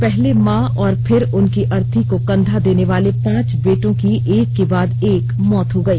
पहले मां और फिर उनकी अर्थी को कंधा देने वाले पांच बेटों की एक के बाद एक मौत हो गई